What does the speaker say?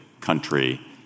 country